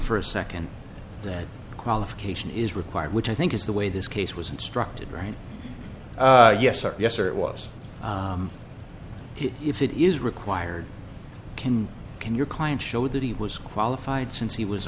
for a second that qualification is required which i think is the way this case was instructed right yes or yes or it was if it is required can can your client show that he was qualified since he was